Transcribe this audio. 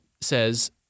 says